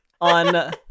on